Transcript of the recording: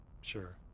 Sure